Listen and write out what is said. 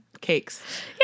cakes